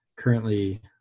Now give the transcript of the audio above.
currently